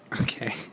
Okay